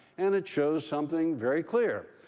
and it shows something very clear,